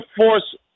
force